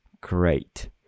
great